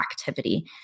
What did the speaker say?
activity